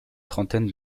trentaine